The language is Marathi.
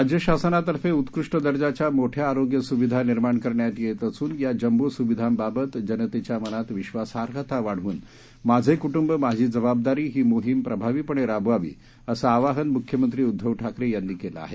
राज्यशासनातर्फे उत्कृष्ट दर्जाच्या मोठया आरोग्य सुविधा निर्माण करण्यात येत असून या जम्बो सुविधांबाबत जनतेच्या मनात विश्वासार्हता वाढवून माझे कुटुंब माझी जबाबदारीही मोहिम प्रभावीपणे राबवावी असं आवाहन मुख्यमंत्री उध्दव ठाकरे यांनी केलं आहे